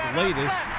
latest